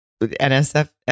nsf